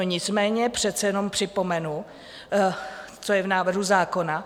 Nicméně přece jenom připomenu, co je v návrhu zákona.